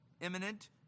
imminent